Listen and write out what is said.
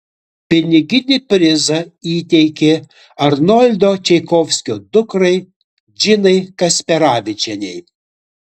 piniginį prizą įteikė arnoldo čaikovskio dukrai džinai kasperavičienei